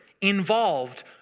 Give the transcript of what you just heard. involved